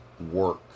work